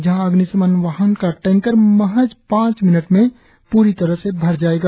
जहां अग्निशमन वाहन का टेंकर महज पांच मिनट में पूरी तरह से भर जाएगा